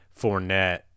Fournette